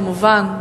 כמובן,